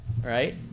right